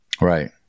Right